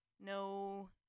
no